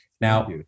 Now